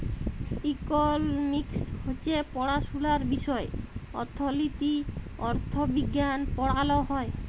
economics হছে পড়াশুলার বিষয় অথ্থলিতি, অথ্থবিজ্ঞাল পড়াল হ্যয়